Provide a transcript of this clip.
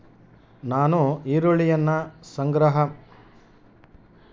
ನಾನು ಈರುಳ್ಳಿಯನ್ನು ಸಂಗ್ರಹ ಮಾಡಬೇಕೆಂದರೆ ಏನು ಮಾಡಬೇಕು?